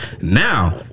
Now